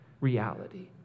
reality